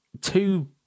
two